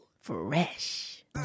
Fresh